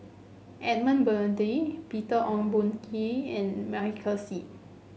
Edmund Blundell Peter Ong Boon Kwee and Michael Seet